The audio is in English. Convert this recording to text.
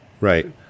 Right